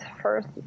first